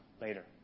later